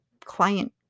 client